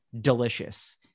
delicious